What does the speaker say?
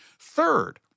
Third